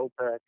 OPEC